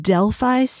Delphi